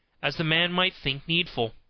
as the man might think needful.